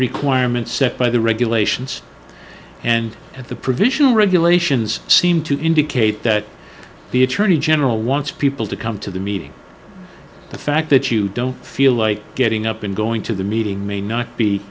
requirements set by the regulations and at the provisional regulations seem to indicate that the attorney general wants people to come to the meeting the fact that you you don't feel like getting up and going to the meeting may not be